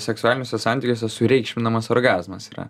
seksualiniuose santykiuose sureikšminamas orgazmas yra